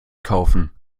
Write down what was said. kaufen